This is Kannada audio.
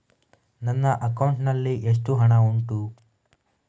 ನನ್ನ ಅಕೌಂಟ್ ನಲ್ಲಿ ಎಷ್ಟು ಹಣ ಉಂಟು?